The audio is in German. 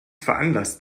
veranlasst